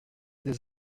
des